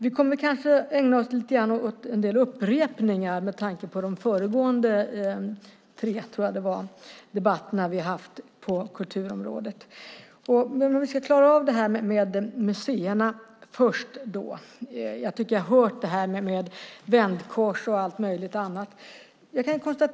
Det blir kanske en del upprepningar med tanke på de föregående tre debatterna vi haft på kulturområdet. Låt oss klara av detta med museerna först. Jag har hört det där om vändkors och allt möjligt annat.